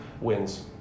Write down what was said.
wins